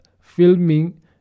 filming